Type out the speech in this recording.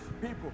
people